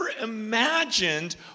imagined